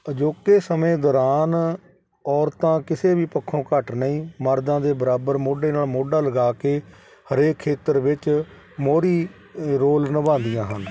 ਅਜੋਕੇ ਸਮੇਂ ਦੌਰਾਨ ਔਰਤਾਂ ਕਿਸੇ ਵੀ ਪੱਖੋਂ ਘੱਟ ਨਹੀਂ ਮਰਦਾਂ ਦੇ ਬਰਾਬਰ ਮੋਢੇ ਨਾਲ ਮੋਢਾ ਲਗਾ ਕੇ ਹਰੇਕ ਖੇਤਰ ਵਿੱਚ ਮੋਹਰੀ ਰੋਲ ਨਿਭਾਉਂਦੀਆਂ ਹਨ